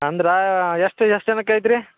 ಅಂದ್ರೆ ಎಷ್ಟು ಎಷ್ಟು ಜನಕ್ಕೆ ಐತ್ರಿ